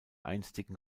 einstigen